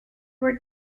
were